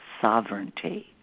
sovereignty